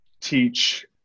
teach